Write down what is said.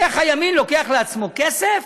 איך הימין לוקח לעצמו כסף